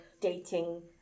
dating